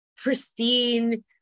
pristine